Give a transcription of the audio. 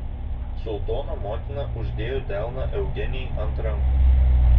sultono motina uždėjo delną eugenijai ant rankos